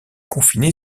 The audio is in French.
confiné